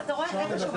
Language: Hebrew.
לא.